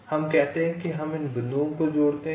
हम कहते हैं हम इन बिंदुओं को जोड़ते हैं